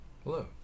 Hello